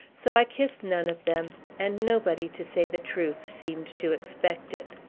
so i kissed none of them and nobody, to say the truth, seemed to expect it.